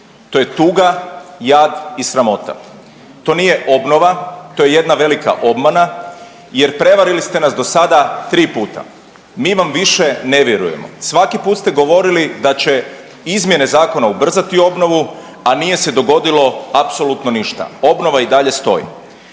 To je tuga, jad i sramota. To nije obnova to je jedna velika obmana jer prevarili ste nas do sada tri puta. Mi vam više ne vjerujemo. Svaki put ste govorili da će izmjene zakona ubrzati obnovu, a nije se dogodilo apsolutno ništa, obnova i dalje stoji.